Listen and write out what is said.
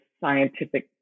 scientific